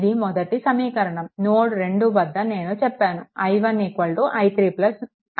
ఇది మొదటి సమీకరణం నోడ్ 2 వద్ద నేను చెప్పాను i1 i3 i4